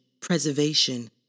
preservation